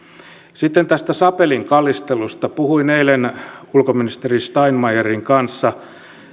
sitten tästä sapelinkalistelusta puhuin eilen ulkoministeri steinmeierin kanssa